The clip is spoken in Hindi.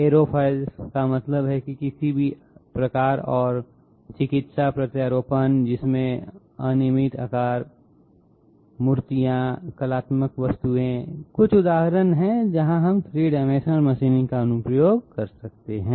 एरोफिल्स का मतलब है कि किसी भी प्रकार और चिकित्सा प्रत्यारोपण जिसमें अनियमित आकार मूर्तियां कलात्मक वस्तुएं हैं ये केवल कुछ उदाहरण हैं जहां हम 3 डाइमेंशनल मशीनिंग का अनुप्रयोग कर सकते हैं